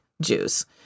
Jews